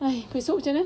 !hais! esok camne